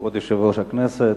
כבוד יושב-ראש הכנסת,